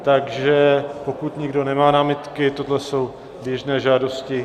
Takže pokud nikdo nemá námitky, tohle jsou běžné žádosti.